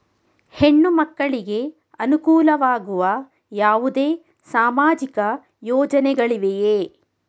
ಹೆಣ್ಣು ಮಕ್ಕಳಿಗೆ ಅನುಕೂಲವಾಗುವ ಯಾವುದೇ ಸಾಮಾಜಿಕ ಯೋಜನೆಗಳಿವೆಯೇ?